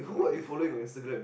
okay